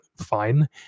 Fine